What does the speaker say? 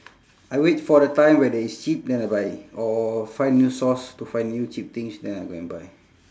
I wait for the time where there is cheap then I buy or find new source to find new cheap things then I go and buy